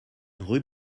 rue